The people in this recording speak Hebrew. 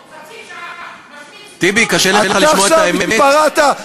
חבר הכנסת טיבי, אני קורא אותך לסדר פעם ראשונה.